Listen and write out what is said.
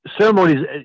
ceremonies